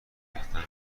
ریختن